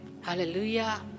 Hallelujah